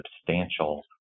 substantial